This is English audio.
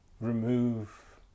remove